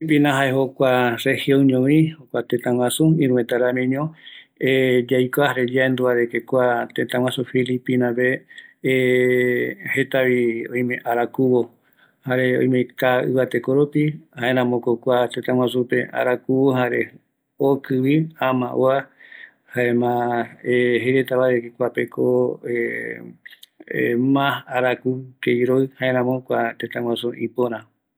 Kuape filipinape, jaeñovi jokua region ñovi, kuape arakuvo oiko opaete yasɨ rupi, mbaetɨ iroɨ mbate, ëreï oïmeko aipo jaereta oikua kïtaï oiko retava arañavo